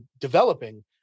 developing